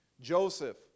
Joseph